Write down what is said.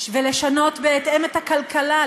ולשנות בהתאם את הכלכלה,